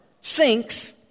sinks